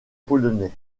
polonais